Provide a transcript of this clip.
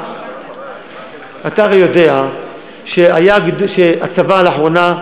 אתה הרי יודע שהצבא לאחרונה,